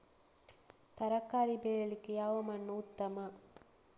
ತರಕಾರಿ ಬೆಳೆಯಲಿಕ್ಕೆ ಯಾವ ಮಣ್ಣು ಉತ್ತಮ?